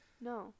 no